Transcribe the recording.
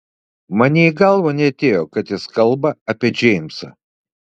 man nė į galvą neatėjo kad jis kalba apie džeimsą